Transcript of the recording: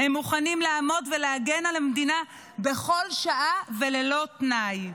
הם מוכנים לעמוד ולהגן על המדינה בכל שעה וללא תנאי.